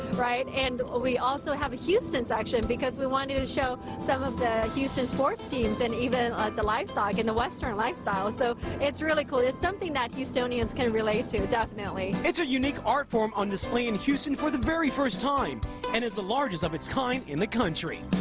right? and ah we also have a houston section, because we wanted to show some of the houston sports teams and even like the livestock and the western lifestyle. so it's really cool. it's something that houstonians can relate to. it's a unique art form on display in houston for the first time and it's the largest of its kind in the country.